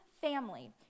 family